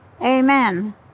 Amen